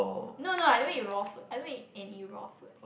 no no I don't eat with raw food I don't eat any raw food